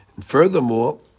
Furthermore